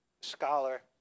scholar